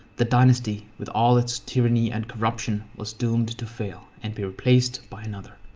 the dynasty with all its tyranny and corruption was doomed to failed and be replaced by another.